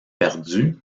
perdu